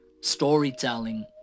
storytelling